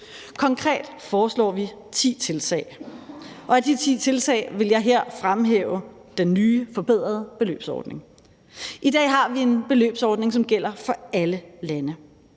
Konkret foreslår vi ti tiltag, og af de ti tiltag vil jeg her fremhæve den nye, forbedrede beløbsordning. I dag har vi en beløbsordning, som gælder for alle lande.